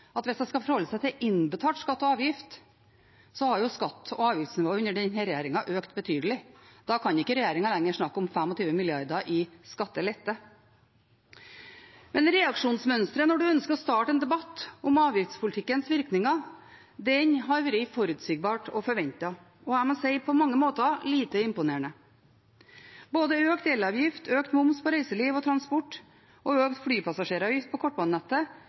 at hvis hun skal forholde seg til innbetalt skatt og avgift, har skatte- og avgiftsnivået under denne regjeringen økt betydelig. Da kan ikke regjeringen lenger snakke om 25 mrd. kr i skattelette. Reaksjonsmønsteret når en ønsker å starte en debatt om avgiftspolitikkens virkninger, har vært forutsigbart og forventet – og på mange måter lite imponerende, må jeg si. Både økt elavgift, økt moms på reiseliv og transport og økt flypassasjeravgift på kortbanenettet